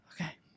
Okay